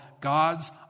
God's